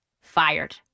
fired